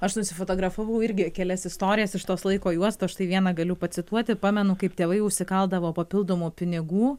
aš nusifotografavau irgi kelias istorijas iš tos laiko juostos štai vieną galiu pacituoti pamenu kaip tėvai užsikaldavo papildomų pinigų